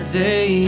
day